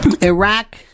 Iraq